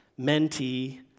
mentee